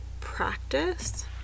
practice